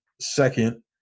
second